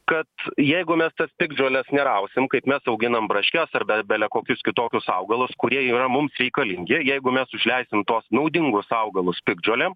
kad jeigu mes tas piktžoles nerausim kaip mes auginam braškes arba bele kokius kitokius augalus kurie yra mums reikalingi jeigu mes užleisim tuos naudingus augalus piktžolėm